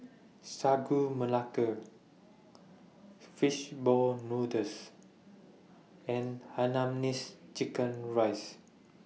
Sagu Melaka Fish Ball Noodles and Hainanese Chicken Rice